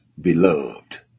beloved